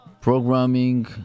programming